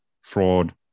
fraud